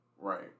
Right